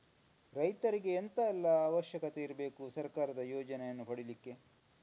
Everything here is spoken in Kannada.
ರೈತರಿಗೆ ಎಂತ ಎಲ್ಲಾ ಅವಶ್ಯಕತೆ ಇರ್ಬೇಕು ಸರ್ಕಾರದ ಯೋಜನೆಯನ್ನು ಪಡೆಲಿಕ್ಕೆ?